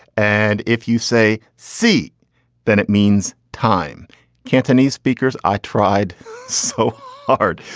and if you say c then it means time cantonese speakers i tried so hard.